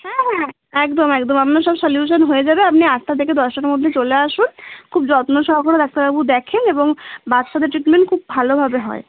হ্যাঁ হ্যাঁ একদম একদম আপনার সব সলিউশন হয়ে যাবে আপনি আটটা থেকে দশটার মধ্যে চলে আসুন খুব যত্ন সহকারে ডাক্তারবাবু দেখেন এবং বাচ্চাদের ট্রিটমেন্ট খুব ভালোভাবে হয়